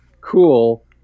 cool